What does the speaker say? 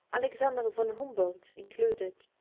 alexander von humboldt included.